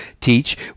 teach